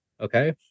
Okay